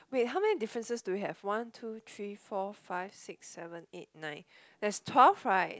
wait how many differences do we have one two three four five six seven eight nine there's twelve right